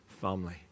family